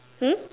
hmm